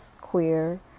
queer